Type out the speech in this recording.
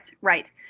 right